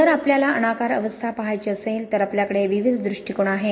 जर आपल्याला अनाकार अवस्था पहायची असेल तर आपल्याकडे विविध दृष्टिकोन आहेत